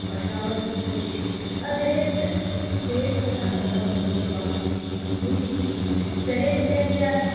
बढ़िऑं बढ़िऑं दै छै आ दहेज़ प्रथा दहेज़ प्रथा तऽ सभसँ बुरी बात छी बुरी छियै दहेज़ देल जाइ